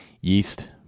Yeast